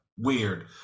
weird